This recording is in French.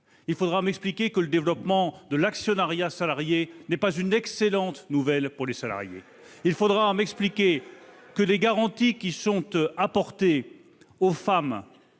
il faudra m'expliquer que le développement de l'actionnariat salarié n'est pas une excellente nouvelle pour les salariés il faudra m'expliquer que les garanties qui sont apportées aux femmes